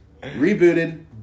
rebooted